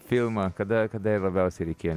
filmą kada kada labiausiai reikėjo